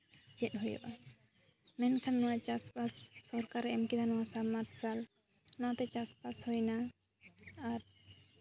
ᱪᱮᱫ ᱦᱩᱭᱩᱜᱼᱟ ᱢᱮᱱᱠᱷᱟᱱ ᱱᱚᱣᱟ ᱪᱟᱥᱼᱵᱟᱥ ᱥᱚᱨᱠᱟᱨᱮ ᱮᱢ ᱠᱮᱫᱟ ᱱᱚᱣᱟ ᱥᱟᱵᱽᱼᱢᱟᱨᱥᱟᱞ ᱱᱚᱣᱟᱛᱮ ᱪᱟᱥᱼᱵᱟᱥ ᱦᱩᱭᱱᱟ ᱟᱨ